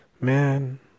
man